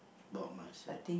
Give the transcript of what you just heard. about myself